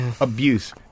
abuse